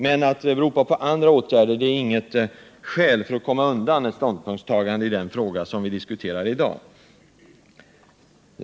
Men att ropa på andra åtgärder är inget skäl för att komma undan ett ståndpunktstagande i den fråga som vi diskuterar i dag.